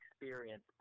experience